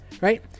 right